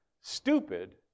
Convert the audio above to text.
stupid